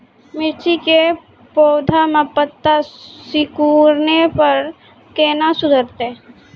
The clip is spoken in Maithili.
मिर्ची के पौघा मे पत्ता सिकुड़ने पर कैना सुधरतै?